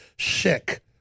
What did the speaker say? Sick